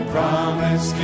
Promise